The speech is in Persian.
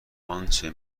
انچه